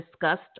discussed